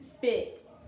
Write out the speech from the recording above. fit